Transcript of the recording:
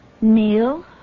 Neil